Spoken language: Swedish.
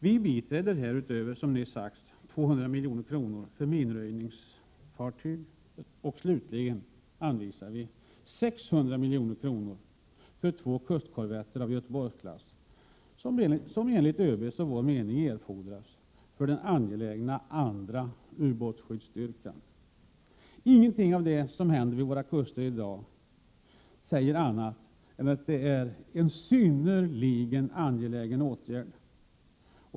Vi biträder härutöver som nyss sagts förslaget om 200 milj.kr. för minröjningsfartyg, och slutligen anvisar vi 600 milj.kr. för två kustkorvetter av Göteborgsklass, som enligt ÖB:s och vår mening erfordras för den angelägna andra utbåtsskyddsstyrkan. Ingenting av det som i dag händer vid våra kuster tyder på annat än att detta är en synnerligen angelägen åtgärd.